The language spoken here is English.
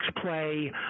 play